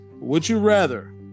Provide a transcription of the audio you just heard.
Would-you-rather